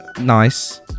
nice